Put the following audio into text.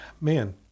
man